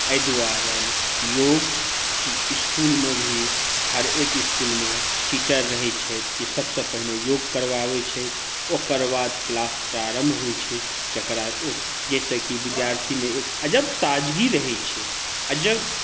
एहि दुआरे योग इसकुलमे भी हर एक इसकुलमे टीचर रहै छथि कि सभसँ पहिने योग करबाबै छथि ओकर बाद क्लास प्रारम्भ होइ छै जकरा जाहिसँ कि विद्यार्थीमे एक अजब ताजगी रहै छै अजब